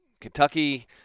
Kentucky